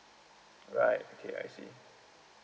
alright okay I see